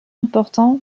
importants